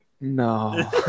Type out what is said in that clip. No